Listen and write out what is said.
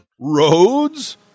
roads